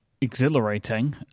exhilarating